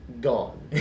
gone